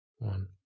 One